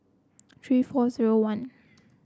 three four zero one